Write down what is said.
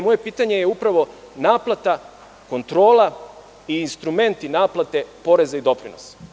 Moje pitanje je upravo naplata, kontrola i instrumenti naplate poreza i doprinosa.